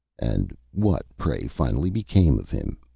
and what, pray, finally became of him?